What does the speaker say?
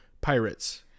pirates